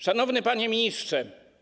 Szanowny Panie Ministrze!